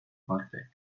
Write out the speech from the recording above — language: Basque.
parte